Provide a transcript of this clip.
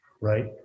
right